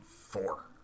four